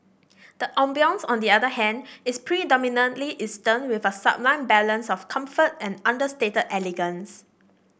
the ambience on the other hand is predominantly Eastern with a sublime balance of comfort and understated elegance